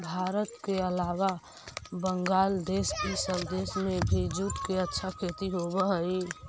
भारत के अलावा बंग्लादेश इ सब देश में भी जूट के अच्छा खेती होवऽ हई